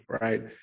right